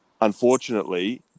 Unfortunately